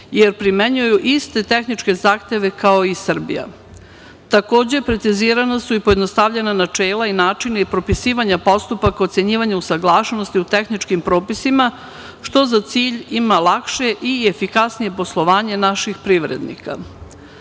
jer primenjuju iste tehničke zahteve kao i Srbija. Takođe, precizirana su i pojednostavljena načela i načini propisivanja postupaka ocenjivanja usaglašenosti u tehničkim propisima, što za cilj ima lakše i efikasnije poslovanje naših privrednika. Pod